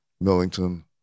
Millington